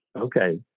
okay